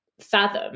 fathom